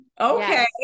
Okay